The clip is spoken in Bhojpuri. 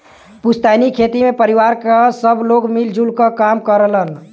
पुस्तैनी खेती में परिवार क सब लोग मिल जुल क काम करलन